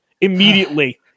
immediately